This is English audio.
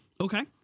Okay